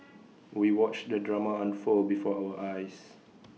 we watched the drama unfold before our eyes